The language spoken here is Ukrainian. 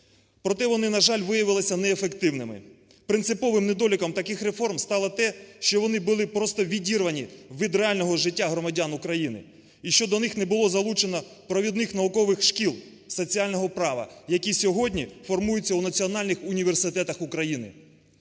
проте, вони, на жаль, виявилися неефективними. Принциповим недоліком таких реформ стало те, що вони були просто відірвані від реального життя громадян України і що до них не було залучено провідних наукових шкіл з соціального права, які сьогодні формуються у національних університетах України.